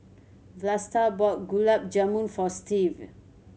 Vlasta bought Gulab Jamun for Stevie